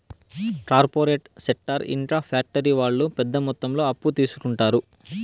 corporate sector ఇంకా factory వాళ్ళు పెద్ద మొత్తంలో అప్పు తీసుకుంటారు